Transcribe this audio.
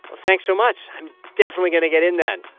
thanks so much. i'm definitely going to get in then.